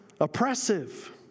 oppressive